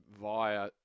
via